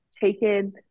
taken